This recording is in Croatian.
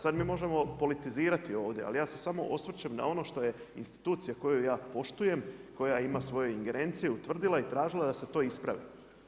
Sad mi možemo politizirati ovdje, ali ja se samo osvrćem na ono što je institucija koju ja poštujem, koja ima svoje ingerencije utvrdila i tražila da se to ispravi.